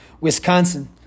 Wisconsin